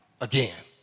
again